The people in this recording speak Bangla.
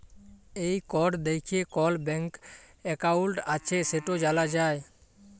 এই কড দ্যাইখে কল ব্যাংকে একাউল্ট আছে সেট জালা যায়